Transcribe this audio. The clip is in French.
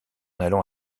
allant